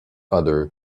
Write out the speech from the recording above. other